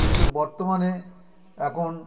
কিন্তু বর্তমানে এখন